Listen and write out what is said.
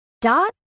Dot